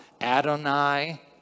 Adonai